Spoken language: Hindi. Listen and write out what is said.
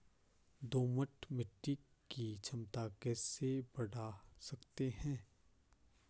दोमट मिट्टी की क्षमता कैसे बड़ा सकते हैं?